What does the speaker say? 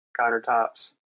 countertops